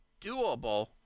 doable